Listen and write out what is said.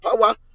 power